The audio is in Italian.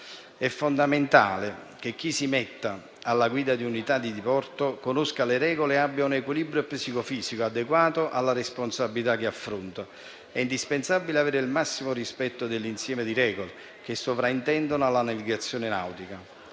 È fondamentale che chi si mette alla guida di un'unità di diporto conosca le regole e abbia un equilibrio psicofisico adeguato alla responsabilità che affronta. È indispensabile avere il massimo rispetto dell'insieme di regole che sovrintendono alla navigazione.